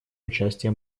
участия